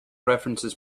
references